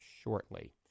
shortly